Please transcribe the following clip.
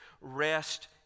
rest